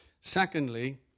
Secondly